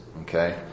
Okay